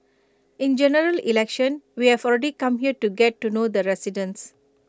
in generally election we have already come here to get to know the residents